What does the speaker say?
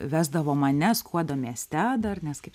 vesdavo mane skuodo mieste dar nes kaip